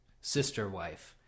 sister-wife